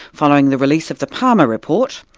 following the release of the palmer report,